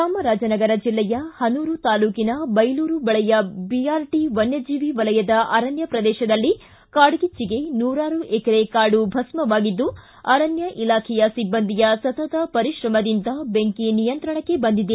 ಚಾಮರಾಜನಗರ ಜೆಲ್ಲೆಯ ಹನೂರು ತಾಲ್ಲೂಕಿನ ಬೈಲೂರು ಬಳಿಯ ಬಿಆರ್ಟ ವನ್ಯಜೀವಿ ವಲಯದ ಅರಣ್ಯ ಪ್ರದೇಶದಲ್ಲಿ ಕಾಡ್ಗಿಚ್ಚಿಗೆ ನೂರಾರು ಎಕರೆ ಕಾಡು ಭಸ್ಮವಾಗಿದ್ದು ಅರಣ್ಯ ಇಲಾಖೆಯ ಸಿಬ್ಬಂದಿಯ ಸತತ ಪರಿಶ್ರಮದಿಂದ ಬೆಂಕಿ ನಿಯಂತ್ರಣಕ್ಕೆ ಬಂದಿದೆ